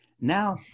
now